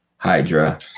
hydra